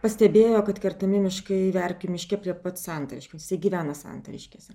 pastebėjo kad kertami miškai verkių miške prie pat santariškių jisai gyvena santariškėse